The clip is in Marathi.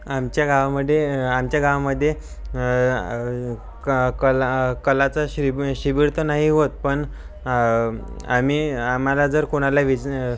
आमच्या गावामध्ये आमच्या गावामध्ये क कला कलाचा शिबि शिबिर तर नाही होत पण आम्ही आम्हाला जर कोणाला ही वीज